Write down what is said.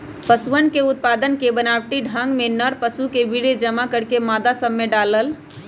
पशुअन के उत्पादन के बनावटी ढंग में नर पशु के वीर्य जमा करके मादा सब में डाल्ल